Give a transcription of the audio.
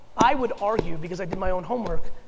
i would argue because i did my own homework,